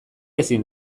ezin